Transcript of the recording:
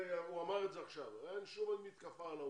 הוא אמר את זה עכשיו, אין שום מתקפה על האוצר,